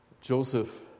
Joseph